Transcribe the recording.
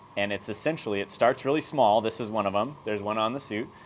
and it's essentially, it starts really small, this is one of them, there's one on the suit.